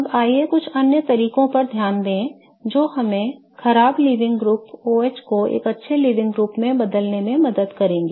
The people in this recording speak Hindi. अब आइए कुछ अन्य तरीकों पर ध्यान दें जो हमें खराब लीविंग ग्रुप OH को एक अच्छे लीविंग ग्रुप में बदलने में मदद करेंगे